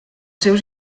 seus